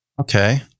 Okay